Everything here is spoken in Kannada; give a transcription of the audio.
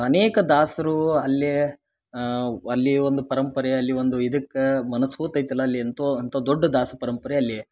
ಅನೇಕ ದಾಸರು ಅಲ್ಲೇ ಅಲ್ಲಿ ಒಂದು ಪರಂಪರೆ ಅಲ್ಲಿ ಒಂದು ಇದಕ್ಕೆ ಮನಸ್ಸು ಸೋತೈತಲ್ಲ ಅಲ್ಲಿ ಅಂತೋ ಅಂತ ದೊಡ್ಡ ದಾಸ ಪರಂಪರೆ ಅಲ್ಲಿ